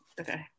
Okay